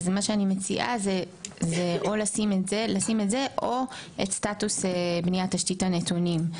אז מה שאני מציעה זה לשים את זה או את סטטוס בניית תשתית הנתונים.